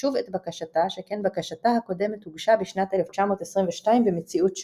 שוב את בקשתה שכן בקשתה הקודמת הוגשה בשנת 1922 במציאות שונה.